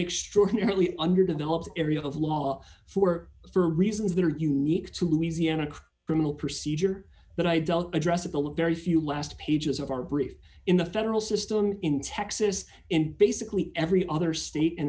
extraordinarily underdeveloped area of law for for reasons that are unique to louisiana criminal procedure but i dealt addressability very few last pages of our brief in the federal system in texas in basically every other state in